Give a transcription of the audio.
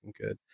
good